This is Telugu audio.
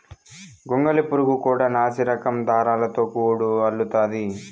గొంగళి పురుగు కూడా నాసిరకం దారాలతో గూడు అల్లుతాది